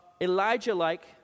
Elijah-like